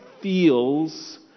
feels